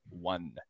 one